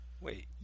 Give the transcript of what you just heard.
Wait